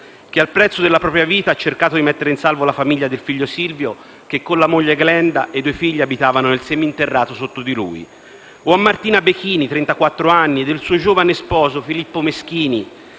che, al prezzo della propria vita, ha cercato di mettere in salvo la famiglia del figlio Simone che con la moglie Glenda e i due figli abitavano nel seminterrato sotto di lui. O a Martina Bechini, trentaquattro anni, ed il suo giovane sposo Filippo Meschini,